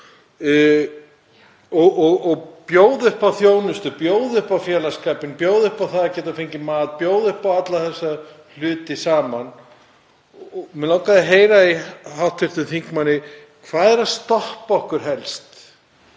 og bjóða upp á þjónustu, bjóða upp á félagsskapinn, bjóða upp á það að geta fengið mat, bjóða upp á alla þessa hluti saman. Mig langaði að heyra í hv. þingmanni: Hvað er að stoppa okkur helst